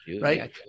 right